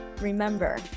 remember